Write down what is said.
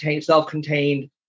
self-contained